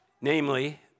namely